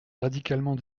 radicalement